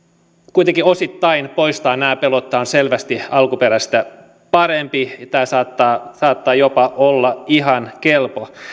kuitenkin osittain poistaa nämä pelot tämä on selvästi alkuperäistä parempi tämä saattaa saattaa jopa olla ihan kelpo